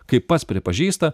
kaip pats pripažįsta